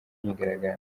myigaragambyo